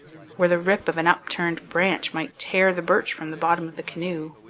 where the rip of an upturned branch might tear the birch from the bottom of the canoe.